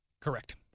Correct